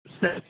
set